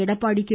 Edappadi K